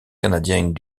canadienne